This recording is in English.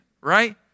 right